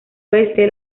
oeste